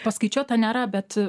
paskaičiuota nėra bet